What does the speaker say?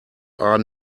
are